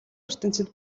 ертөнцөд